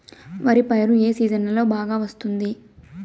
వరి పైరు ఏ సీజన్లలో బాగా వస్తుంది